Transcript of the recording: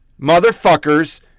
motherfuckers